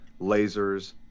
lasers